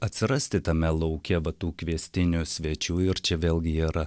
atsirasti tame lauke va tų kviestinių svečių ir čia vėlgi yra